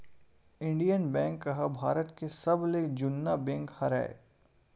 Indian bank ह भारत के सबले जुन्ना बेंक हरय